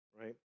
right